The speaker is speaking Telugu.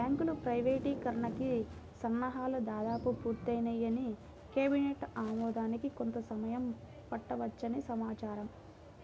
బ్యాంకుల ప్రైవేటీకరణకి సన్నాహాలు దాదాపు పూర్తయ్యాయని, కేబినెట్ ఆమోదానికి కొంత సమయం పట్టవచ్చని సమాచారం